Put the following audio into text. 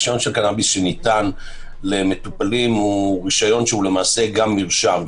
רישיון של קנביס שניתן למטופלים הוא רישיון שהוא למעשה גם מרשם.